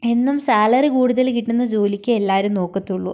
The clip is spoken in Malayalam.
എന്നും സാലറി കൂടുതൽ കിട്ടുന്ന ജോലിക്കേ എല്ലാവരും നോക്കത്തുളളൂ